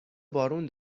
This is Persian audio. بارون